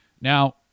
Now